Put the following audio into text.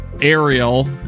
Ariel